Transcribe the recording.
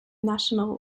national